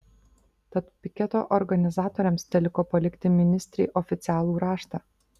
tad piketo organizatoriams teliko palikti ministrei oficialų raštą